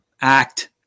act